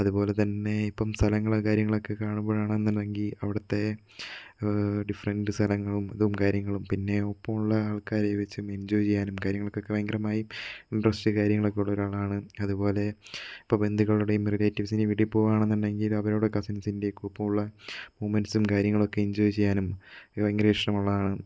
അതുപോലെതന്നെ ഇപ്പം സ്ഥലങ്ങളും കാര്യങ്ങളൊക്കെ കാണുമ്പോഴാണെന്നുണ്ടെങ്കിൽ അവിടുത്തെ ഡിഫറെൻറ് സ്ഥലങ്ങളും ഇതും കാര്യങ്ങളും പിന്നെ ഒപ്പമുള്ള ആൾക്കാരെ വെച്ച് എൻജോയ് ചെയ്യാനും കാര്യങ്ങളൊക്കെ ഭയങ്കരമായും ഇൻട്രസ്റ്റ് കാര്യങ്ങളൊക്കെ ഉള്ള ഒരാളാണ് അതുപോലെ ഇപ്പോൾ ബന്ധുക്കളുടെയും റിലേറ്റീവ്സ് വീട്ടിൽ പോവാണെന്നുണ്ടെങ്കിൽ അവരുടെ കസിൻസിന്റെയും ഒക്കെ ഒപ്പമുള്ള മൊമൻറ്സും കാര്യങ്ങളൊക്കെ എൻജോയ് ചെയ്യാനും എനിക്ക് ഭയങ്കര ഇഷ്ടമുള്ളതാണ്